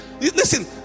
Listen